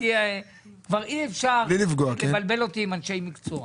כבר אי אפשר לבלבל אותי עם אנשי מקצוע.